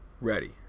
ready